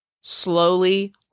slowly